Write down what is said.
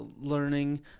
learning